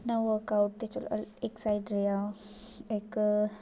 अपना वर्कआउट ते चलो इक साइड रेहा इक